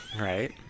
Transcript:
Right